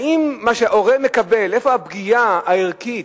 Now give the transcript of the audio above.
האם מה שהורה מקבל, איפה הפגיעה הערכית,